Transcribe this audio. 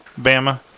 Bama